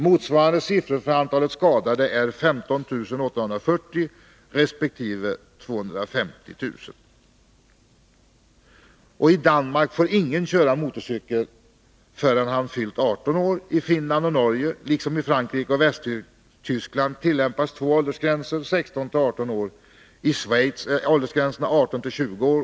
Motsvarande siffror för antalet skadade är 15 840 resp. 250 000. I Danmark får ingen köra motorcykel förrän han fyllt 18 år. I Finland och Norge — liksom i Frankrike och Västtyskland — tillämpas två åldersgränser — 16 och 18 år. I Schweiz är åldersgränserna 18 och 20 år.